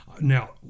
Now